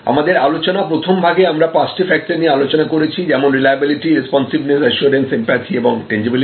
আমাদের আলোচনা প্রথম ভাগে আমরা পাঁচটি ফ্যাক্টর নিয়ে আলোচনা করেছি যেমন রিলাইবেলিটি রেস্পন্সিভেনেস অ্যাসিওরেন্স এমপ্যাথি এবং টেনজিবিলিটি